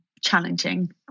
challenging